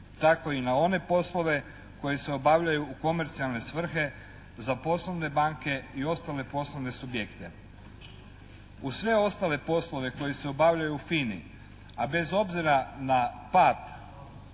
tako i na one poslove koji se obavljaju u komercijalne svrhe za poslovne banke i ostale poslovne subjekte. Uz sve ostale poslove koji se obavljaju u FINA-i, a bez obzira na pad